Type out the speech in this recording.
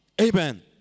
Amen